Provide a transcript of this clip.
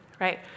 right